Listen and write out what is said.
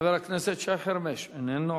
חבר הכנסת שי חרמש, איננו.